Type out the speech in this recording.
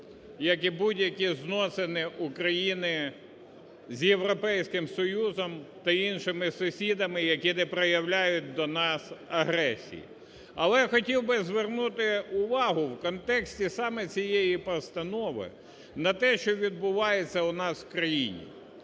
як і будь-які зносини України з Європейським Союзом та іншими сусідами, які не проявляють до нас агресії. Але хотів би звернути увагу у контексті саме цієї постанови на те, що відбувається у нас у країні.